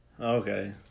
Okay